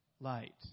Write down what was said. light